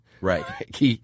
Right